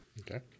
Okay